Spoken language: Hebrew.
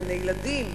גני-ילדים,